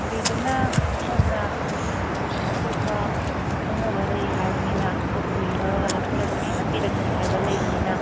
ꯆꯥꯟꯕꯤꯗꯨꯅ ꯁꯣꯝꯅ ꯑꯩꯈꯣꯏꯒꯤ ꯑꯇꯣꯞꯄ ꯈꯪꯅꯕ ꯂꯩ ꯍꯥꯏꯔꯕꯅꯤꯅ ꯑꯇꯣꯞꯄꯗꯒꯤ ꯂꯧꯔꯒ ꯍꯥꯞꯆꯔꯛꯀꯦ ꯍꯥꯞꯄꯤꯔꯛꯀꯦ ꯍꯥꯏꯕ ꯂꯩꯕꯅꯤꯅ